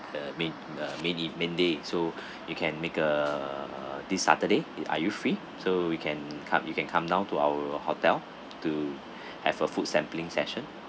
the main the main ev~ main day so you can make a this saturday are you free so we can come you can come down to our hotel to have a food sampling session